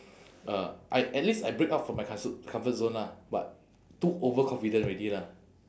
uh I at least I break out from my comfort comfort zone lah but too overconfident already lah